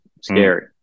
scary